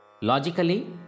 Logically